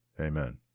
Amen